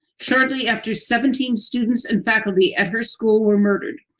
shortly after seventeen students and faculty at her school were murdered,